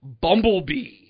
Bumblebee